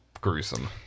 gruesome